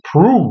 prove